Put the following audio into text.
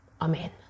amen